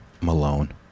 Malone